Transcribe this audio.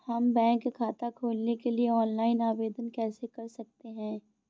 हम बैंक खाता खोलने के लिए ऑनलाइन आवेदन कैसे कर सकते हैं?